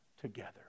together